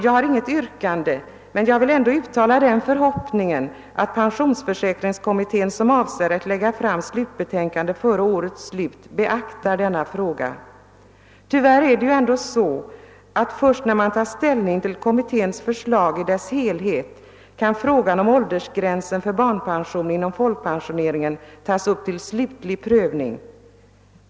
Jag har inget yrkande, men jag vill ändå uttala den förhoppningen, att pensionsförsäkringskommittén, som avser att lägga fram slutbetänkande före årets slut, beaktar denna fråga. Tyvärr är det ju så att först när man tar ställning till kommitténs förslag i dess helhet kan frågan om åldersgränsen för barnpension inom folkpensioneringen tas upp till slutlig prövning.